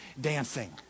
dancing